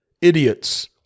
idiots